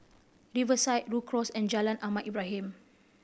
Riverside Rhu Cross and Jalan Ahmad Ibrahim